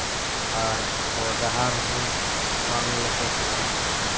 ᱟᱨ ᱦᱚᱨ ᱰᱟᱦᱟᱨ ᱦᱚᱸ ᱵᱟᱝ ᱞᱚᱥᱚᱫᱚᱜᱼᱟ